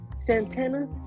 Santana